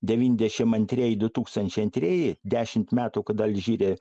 devyndešim antrieji du tūkstančiai antrieji dešimt metų kada alžyre